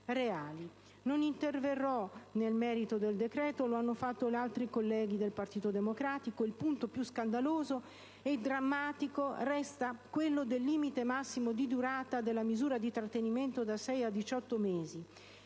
Non interverrò nel merito del decreto, perché lo hanno fatto gli altri colleghi del Partito Democratico. Il punto più scandaloso e drammatico resta quello del limite massimo di durata della misura di trattenimento da 6 a 18 mesi